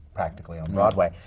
practically, on broadway.